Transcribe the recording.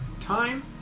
time